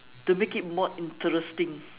to make it more interesting